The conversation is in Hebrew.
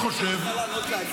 עמית סגל הוא בוגר השומר הצעיר.